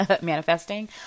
manifesting